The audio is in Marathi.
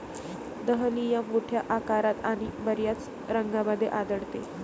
दहलिया मोठ्या आकारात आणि बर्याच रंगांमध्ये आढळते